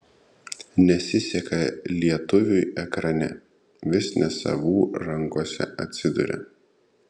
nesiseka lietuviui ekrane vis ne savų rankose atsiduria